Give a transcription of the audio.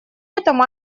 этом